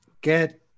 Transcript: get